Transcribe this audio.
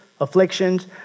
afflictions